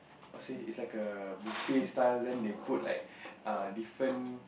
how say it's like a buffet style then they put like err different